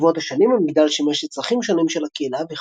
ברבות השנים המגדל שימש לצרכים שונים של הקהילה,